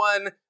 one